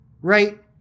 right